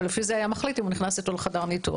ולפי זה הוא היה מחליט אם הוא נכנס איתו לחדר הניתוח.